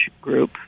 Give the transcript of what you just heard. group